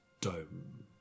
dome